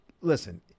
listen